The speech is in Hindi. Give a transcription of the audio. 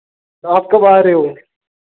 आप कब आ रहे हो